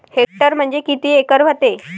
Hectare म्हणजे किती acre व्हते?